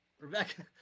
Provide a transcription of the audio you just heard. Rebecca